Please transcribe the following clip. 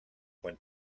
when